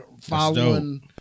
following